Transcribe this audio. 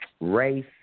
race